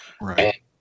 Right